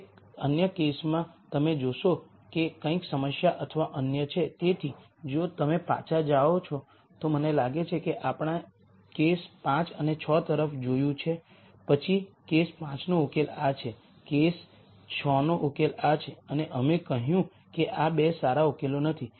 દરેક અન્ય કેસમાં તમે જોશો કે કંઈક સમસ્યા અથવા અન્ય છે તેથી જો તમે પાછા જાઓ છો તો મને લાગે છે કે આપણે કેસ 5 અને 6 તરફ જોયું છે પછી કેસ 5 નો ઉકેલ આ છે કેસ 6 નો ઉકેલ આ છે અને અમે કહ્યું કે આ બે સારા ઉકેલો નથી